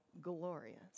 glorious